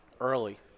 early